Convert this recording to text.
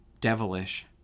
devilish